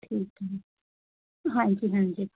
ਠੀਕ ਹੈ ਜੀ ਹਾਂਜੀ ਹਾਂਜੀ